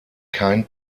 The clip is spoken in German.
kein